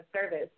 service